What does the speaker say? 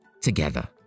Together